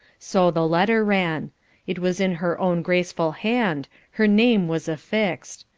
so the letter ran it was in her own graceful hand her name was affixed.